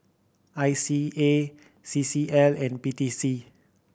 I C A C C L and P T C